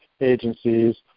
agencies